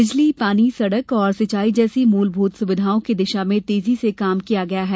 बिजली पानी सड़क और सिंचाई जैसी मूलभूत सुविधाओं की दिशा में तेजी से काम किया गया है